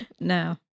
No